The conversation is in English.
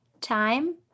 time